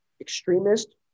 extremist